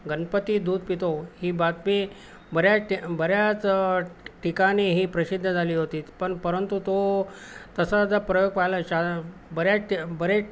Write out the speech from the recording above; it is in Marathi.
गणपती दूध पितो ही बातमी बऱ्याच ट बऱ्याच ठिकाणी ही प्रसिद्ध झाली होती पण परंतु तो तसा ज प्रयोग पहायला शा बऱ्याच बरे